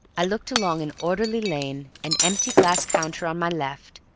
i looked along an orderly lane, an empty glass counter on my left,